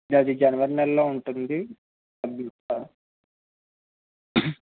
అది జనవరి నెలలో ఉంటుంది